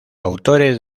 autores